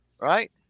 right